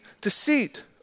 deceit